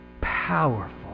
powerful